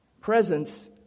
Presence